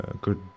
good